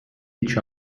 each